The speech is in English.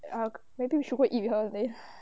ya maybe we should go eat with her another day